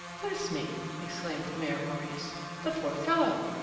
bless me! exclaimed mere maurice the poor fellow!